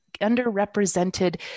underrepresented